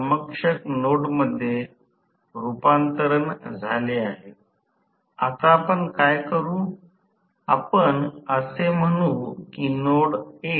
तर आम्ही निर्मिती पदधतचा अभ्यास करणार नाही ब्रेकिंग पदधतचा अभ्यास करणार नाही